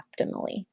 optimally